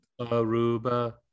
Aruba